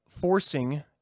forcing